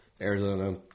Arizona